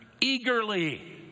eagerly